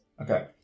Okay